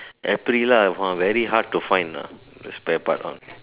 at three lah !wah! very hard to find spare part